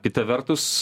kita vertus